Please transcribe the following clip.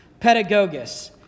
Pedagogus